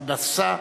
נשא,